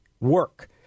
work